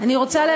אני רוצה,